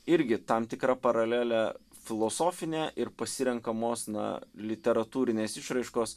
irgi tam tikra paralelė filosofinė ir pasirenkamos na literatūrinės išraiškos